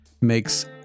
makes